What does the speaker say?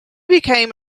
became